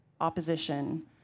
opposition